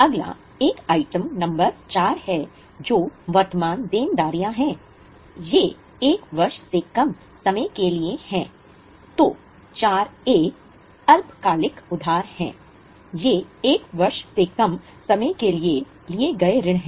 अगला एक item number 4 है जो वर्तमान देनदारियां हैं ये 1 वर्ष से कम समय के लिए हैं